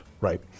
right